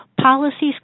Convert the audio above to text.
Policies